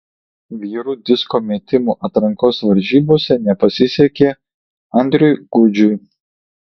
vyrų disko metimo atrankos varžybose nepasisekė andriui gudžiui